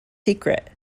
secret